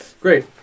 great